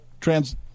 trans